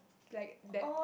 like that